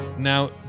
Now